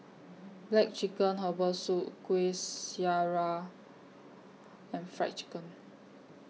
Black Chicken Herbal Soup Kuih Syara and Fried Chicken